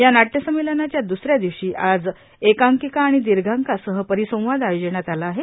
या नाटयसंमेलनाच्या द्स या दिवशी आज एकांकिका आणि दिर्घाकांसह परिसंवाद आयोजिण्यात आला आहे